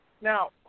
Now